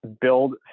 build